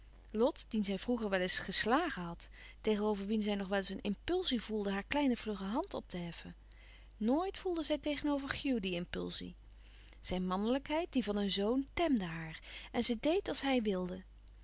lot dien zij vroeger wel eens geslagen had tegenover wien zij ng wel een impulsie voelde haar kleine vlugge hand op te heffen nooit voelde zij tegenover hugh die impulsie zijn mannelijkheid die van een zoon temde haar en zij deed als hij wilde